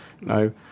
No